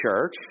church